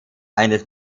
eines